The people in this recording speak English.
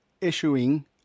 issuing